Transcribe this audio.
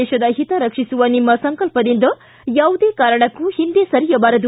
ದೇಶದ ಹಿತ ರಕ್ಷಿಸುವ ನಿಮ್ಮ ಸಂಕಲ್ಪದಿಂದ ಯಾವುದೇ ಕಾರಣಕ್ಕೂ ಒಂದೆ ಸರಿಯಬಾರದು